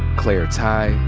claire tighe,